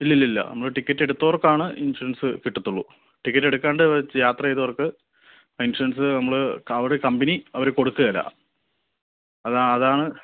ഇല്ല ഇല്ല ഇല്ല നമ്മൾ ടിക്കറ്റ് എടുത്തവർക്കാണ് ഇൻഷുറൻസ് കിട്ടുള്ളൂ ടിക്കറ്റ് എടുക്കാണ്ട് യാത്ര ചെയ്തവർക്ക് ഇൻഷുറൻസ് നമ്മൾ അവർ കമ്പനി അവർ കൊടുക്കില്ല അതാ അതാണ്